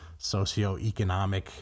socioeconomic